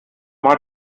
mal